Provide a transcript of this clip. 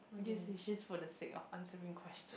this is just for the sake of answering question